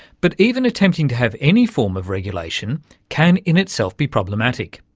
but even attempting to have any form of regulation can in itself be problematic.